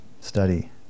study